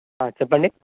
చెప్పండి